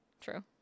True